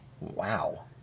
Wow